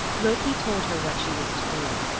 loki told her what she was to do.